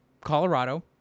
Colorado